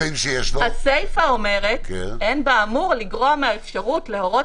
הסיפה אומרת: "אין באמור כדי לגרוע מהאפשרות להורות